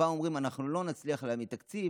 הפעם אומרים: אנחנו לא נצליח להביא תקציב,